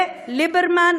וליברמן,